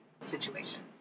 situation